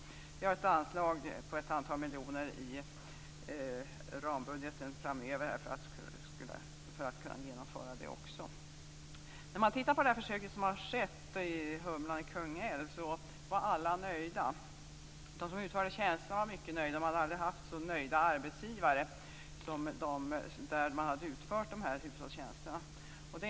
I rambudgeten har vi ett anslag på ett antal miljoner framöver för att kunna genomföra detta. Vid en titt på Humlanprojektet i Kungälv finner man att alla är nöjda. De som utförde tjänsterna är mycket nöjda. Det visar sig att man aldrig haft så nöjda arbetsgivare som där de här hushållstjänsterna utfördes.